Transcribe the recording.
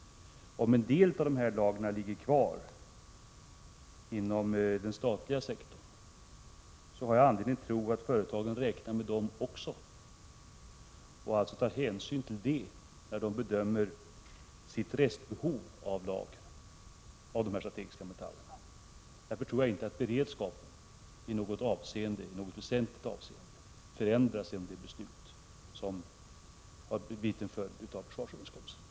Om en del av dessa lager ligger kvar inom den statliga sektorn, finns det anledning att tro att företagen räknar med dem också och alltså tar hänsyn till dessa lager när de bedömer sitt behov av resterande lager av strategiska metaller. Därför tror jag inte beredskapen i något väsentligt avseende förändras genom det beslut som har blivit en följd av försvarsöverenskommelsen.